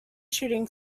shooting